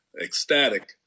ecstatic